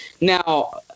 now